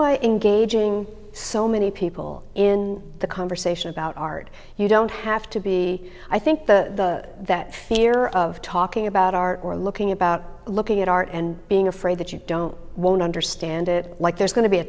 why engaging so many people in the conversation about art you don't have to be i think the that fear of talking about art or looking about looking at art and being afraid that you don't won't understand it like there's going to be a